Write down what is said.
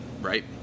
right